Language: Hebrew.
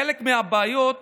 חלק מהבעיות